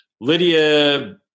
Lydia